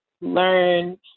learn